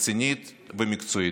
רצינית ומקצועית.